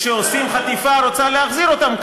כשעושים חטיפה והממשלה רוצה להחזיר אותם,